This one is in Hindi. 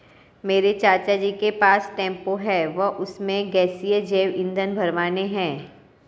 मेरे चाचा जी के पास टेंपो है वह उसमें गैसीय जैव ईंधन भरवाने हैं